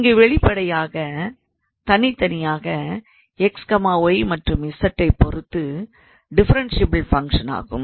இங்கு வெளிப்படையாக இது தனித்தனியாக x y மற்றும் z ஐ பொறுத்து உள்ள டிஃபரன்ஷியபில் ஃபங்க்ஷன் ஆகும்